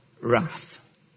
wrath